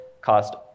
cost